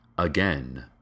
Again